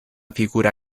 figura